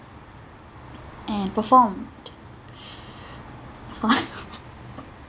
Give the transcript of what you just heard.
and performed